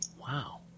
Wow